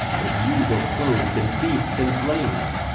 but you go clothed in feasts and flames,